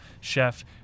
chef